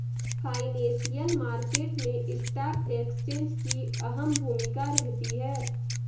financial market मैं stock exchange की अहम भूमिका रहती है